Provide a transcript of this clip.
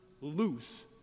loose